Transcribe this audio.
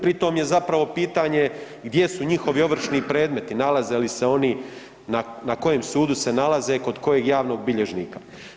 Pri tom je zapravo pitanje gdje su njihovi ovršni predmeti, nalaze li se oni, na kojem sudu se nalaze, kod kojeg javnog bilježnika.